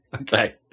Okay